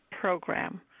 program